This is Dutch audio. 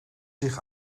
zich